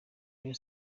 rayon